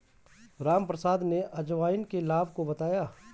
रामप्रसाद ने अजवाइन के लाभ को बताया